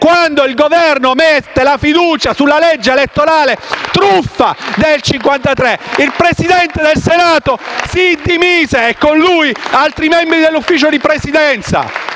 Quando il Governo mise la fiducia sulla legge elettorale truffa del 1953, il Presidente del Senato si dimise e con lui altri membri dell'Ufficio di Presidenza.